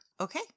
okay